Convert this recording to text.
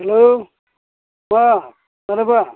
hello मा मानोबा